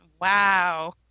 Wow